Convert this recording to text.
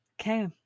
Okay